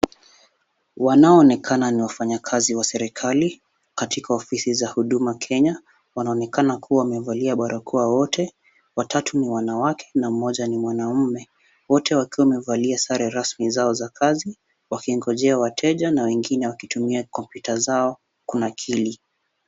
Wanaoonekana ni wafanyakazi wa serikali katika ofisi za huduma Kenya, wanaonekana wakiwa wamevalia barakoa wote, watatu ni wanawake na mmoja ni mwanaume wote wakiwa wamevalia sare rasmi zao za kazi wakingojea wateja na wengine wakitumia kompyuta zao kunakili.